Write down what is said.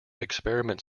experiment